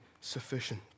sufficient